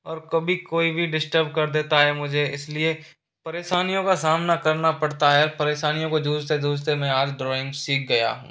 और कभी कोई भी डिस्टर्ब कर देता है मुझे इसलिए परेशानियों का सामना करना पड़ता है परेशानियों को जूझते जूझते आज मैं ड्राइंग सीख गया हूँ